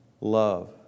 love